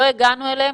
לא הגענו אליהם,